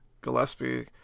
Gillespie